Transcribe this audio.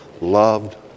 loved